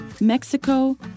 Mexico